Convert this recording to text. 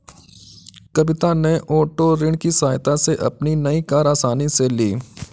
कविता ने ओटो ऋण की सहायता से अपनी नई कार आसानी से ली